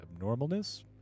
abnormalness